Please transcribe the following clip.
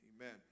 Amen